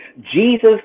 Jesus